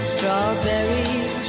Strawberries